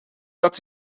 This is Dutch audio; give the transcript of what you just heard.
dat